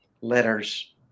letters